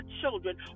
children